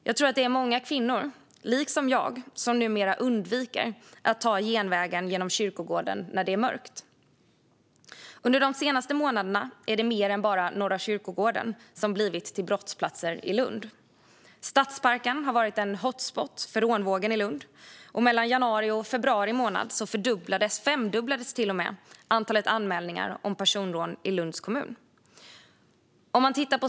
Jag tror att det är många kvinnor som liksom jag numera undviker att ta genvägen genom kyrkogården när det är mörkt. Under de senaste månaderna är det mer än bara Norra kyrkogården som blivit brottsplatser i Lund. Stadsparken har varit en hot spot för rånvågen i Lund, och mellan januari och februari månad fördubblades, femdubblades till och med, antalet anmälningar om personrån i Lunds kommun.